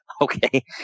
Okay